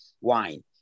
wine